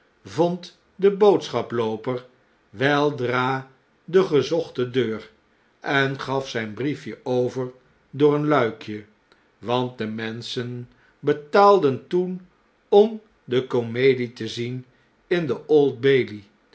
vond de boodschaplooper weldra de gezochte deur en gaf zijn briefje over door een luikje want de menschen betaalden toen om de comedie te zien in de